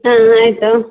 ಹಾಂ ಆಯಿತು